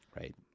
right